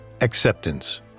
acceptance